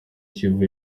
kivu